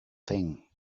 thing